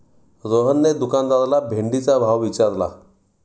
रोहनने दुकानदाराला भेंडीचा भाव विचारला